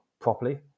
properly